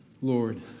Lord